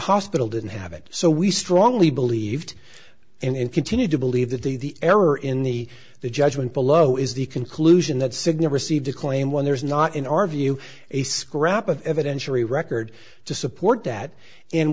hospital didn't have it so we strongly believed and continue to believe that the error in the the judgment below is the conclusion that cigna received a claim when there is not in our view a scrap of evidentiary record to support that and